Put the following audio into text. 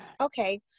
Okay